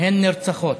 הן נרצחות.